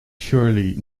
surely